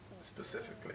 specifically